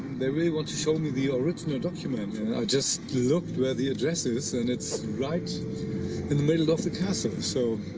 they really want to show me the original document. and i just looked where the address is and it's right in the middle of the castle. so,